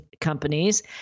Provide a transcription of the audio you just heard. companies